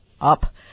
up